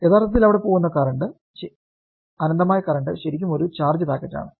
യഥാർത്ഥത്തിൽ അവിടെ പോകുന്ന അനന്തമായ കറന്റ് ശരിക്കും ഒരു ചാർജ് പാക്കറ്റാണ്